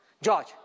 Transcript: George